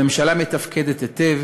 הממשלה מתפקדת היטב,